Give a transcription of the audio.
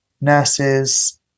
nurses